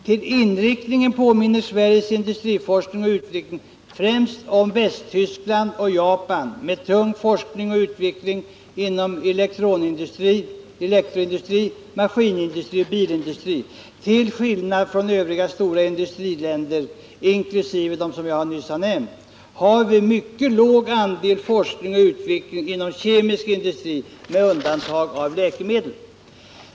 Till inriktningen påminner Sveriges industriforskning och industriutveckling främst om Västtysklands och Japans med tung forskning och utveckling inom elektroindustri, maskinindustri och bilindustri. Till skillnad från övriga stora industriländer, inkl. dem som jag nyss har nämnt, har vi mycket låg andel forskning och utveckling inom kemisk industri med undantag av läkemedel.